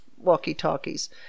walkie-talkies